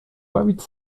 bawić